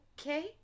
okay